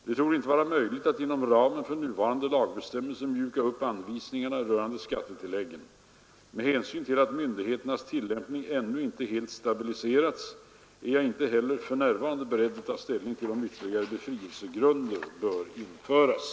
Det torde inte vara möjligt att inom ramen för nuvarande lagbestämmelser mjuka upp anvisningarna rörande skattetilläggen. Med hänsyn till att myndigheternas tillämpning ännu inte helt stabiliserats är jag inte heller för närvarande beredd att ta ställning till om ytterligare befrielsegrunder bör införas.